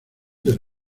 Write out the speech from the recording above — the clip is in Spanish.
del